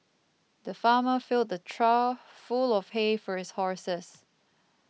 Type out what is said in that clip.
the farmer filled a trough full of hay for his horses